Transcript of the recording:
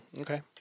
Okay